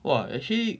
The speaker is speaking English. !wah! actually